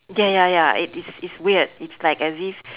ya ya ya it is it's weird it's like as if